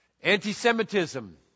anti-Semitism